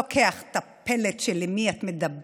לוקח את הפלט: עם מי את מדברת,